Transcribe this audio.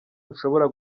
bushobora